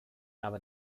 aber